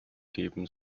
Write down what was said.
geben